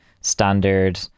standard